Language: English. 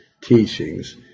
teachings